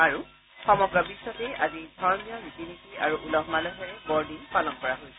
আৰু সমগ্ৰ বিশ্বতে আজি ধৰ্মীয় ৰীতি নীতি আৰু উলহ মালহেৰে বৰদিন পালন কৰা হৈছে